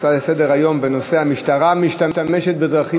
ההצעה לסדר-היום בנושא: המשטרה משתמשת בדרכים